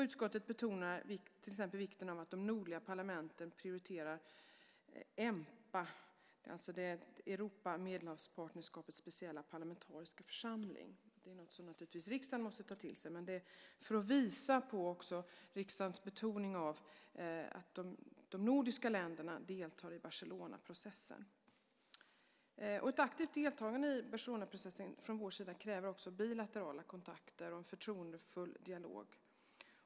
Utskottet betonar till exempel vikten av att de nordliga parlamenten prioriterar EMPA, alltså Europa-Medelhavs-partnerskapets speciella parlamentariska församling. Det är något som naturligtvis riksdagen måste ta till sig, men det här visar också på riksdagens betoning av att de nordiska länderna deltar i Barcelonaprocessen. Ett aktivt deltagande i Barcelonaprocessen från vår sida kräver också bilaterala kontakter och en förtroendefull dialog.